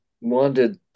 wanted